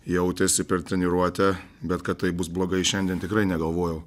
jautėsi per treniruotę bet kad taip bus blogai šiandien tikrai negalvojau